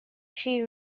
she